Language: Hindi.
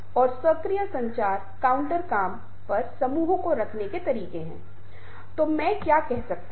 और उम्मीद है कि उन्हें काम के संदर्भ में लागू किया जा सकता है